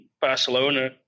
Barcelona